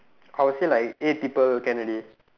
I will say like eight people can already